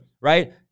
right